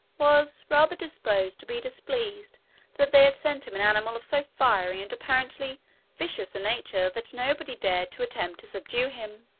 was rather disposed to be displeased that they had sent him an animal of so fiery and apparently vicious a nature that nobody dared to attempt to subdue him.